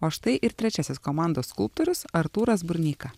o štai ir trečiasis komandos skulptorius artūras burneika